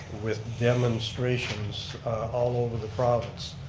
with demonstrations all over the province.